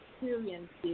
experiences